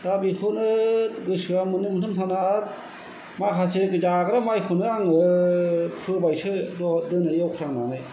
दा बेखौनो गोसोआव मोननै मोनथाम सानना आरो माखासे जाग्रा माइखौनो आङो फोबायसो दिनै एवख्रांनानै